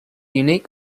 unique